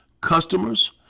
customers